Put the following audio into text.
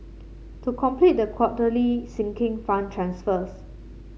to complete the quarterly Sinking Fund transfers